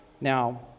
now